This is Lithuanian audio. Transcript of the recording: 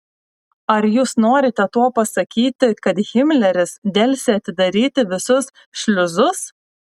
ar jūs norite tuo pasakyti kad himleris delsė atidaryti visus šliuzus